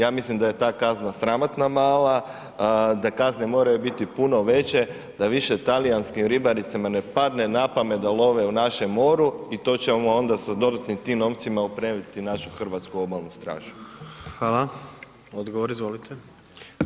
Ja mislim da je ta kazna sramotno mala, da kazne moraju biti puno veće da više talijanskim ribaricama ne padne na pamet da love u našem moru i to ćemo onda sa dodatnim tim novcima opremiti našu Hrvatsku obalnu stražu.